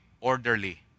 orderly